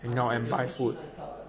then come and buy food